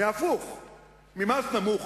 באופן הפוך, ממס נמוך.